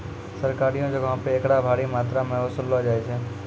सरकारियो जगहो पे एकरा भारी मात्रामे वसूललो जाय छै